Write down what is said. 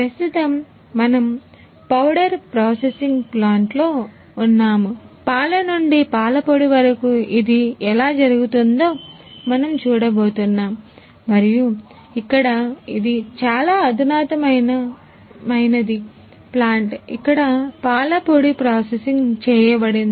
ప్రస్తుతం మనము powder processing ప్లాంట్లో ఇక్కడ పాల పొడి ప్రాసెసింగ్ చేయబడింది